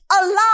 alive